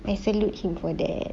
I salute him for that